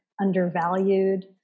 undervalued